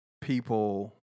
people